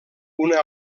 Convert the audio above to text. una